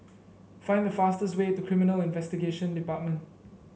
find the fastest way to Criminal Investigation Department